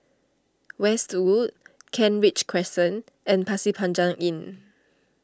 Westwood Kent Ridge Crescent and Pasir Panjang Inn